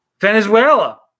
Venezuela